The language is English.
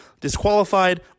disqualified